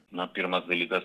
na pirmas dalykas